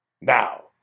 Now